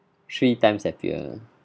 three times happier ah